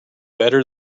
better